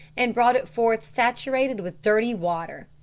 and brought it forth saturated with dirty water,